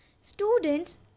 Students